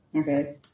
Okay